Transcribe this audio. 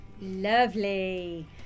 Lovely